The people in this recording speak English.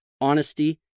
honesty